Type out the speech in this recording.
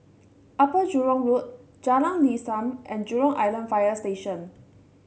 Upper Jurong Road Jalan Lam Sam and Jurong Island Fire Station